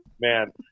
Man